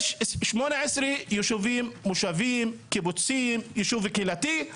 יש 18 ישובים, מושבים, קיבוצים, ישוב קהילתי,